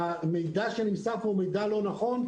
המידע שנמסר פה הוא מידע לא נכון,